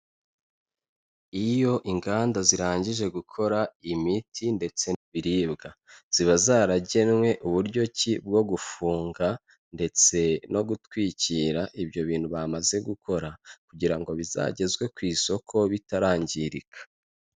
Iyo inganda zirangije gukora imiti ndetse n'ibiribwa, ziba zaragenwe uburyo ki bwo gufunga ndetse no gutwikira ibyo bintu bamaze gukora, kugira ngo bizagezwe ku isoko bitarangirika.